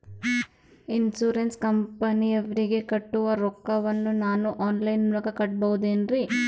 Insurance ಕಂಪನಿಯವರಿಗೆ ಕಟ್ಟುವ ರೊಕ್ಕ ವನ್ನು ನಾನು ಆನ್ ಲೈನ್ ಮೂಲಕ ಕಟ್ಟಬಹುದೇನ್ರಿ?